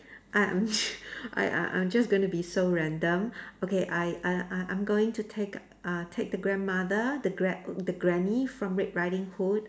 I'm I I I'm just going to be so random okay I I I I'm going to take uh take the grandmother the gra~ the granny from red riding hood